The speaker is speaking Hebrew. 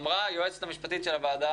אמרה היועצת המשפטית של הוועדה,